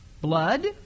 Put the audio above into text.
blood